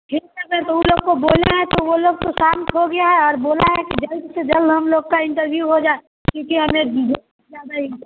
ठीक है सर तो ऊ लोग को बोले हैं तो वो लोग तो शांत हो गया है और बोला है कि जल्द से जल्द हम लोग का इंटरव्यू हो जाए क्यूँकि हमें ज़्यादा